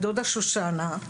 הדודה שושנה,